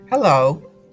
Hello